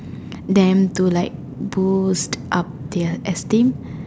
them to like boost up their esteem